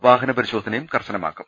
വാഹന പരിശോധനയും കർശനമാക്കും